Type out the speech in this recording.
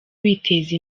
biteza